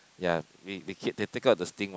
ya they they keep they take out the sting what